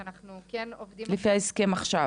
שאנחנו כן עובדים לפי --- לפי ההסכם עכשיו?